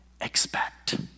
expect